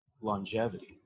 longevity